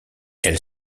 elle